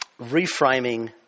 Reframing